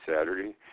Saturday